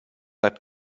that